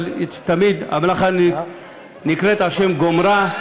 אבל המלאכה נקראת על שם גומרה,